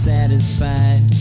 satisfied